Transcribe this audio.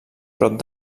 prop